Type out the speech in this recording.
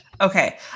Okay